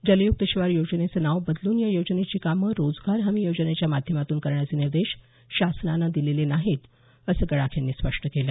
जलयुक्त शिवार योजनेचं नाव बदलून या योजनेची कामं रोजगार हमी योजनेच्या माध्यमातून करण्याचे निर्देश शासनानं दिलेले नाहीत असं गडाख यांनी स्पष्ट केल